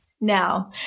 Now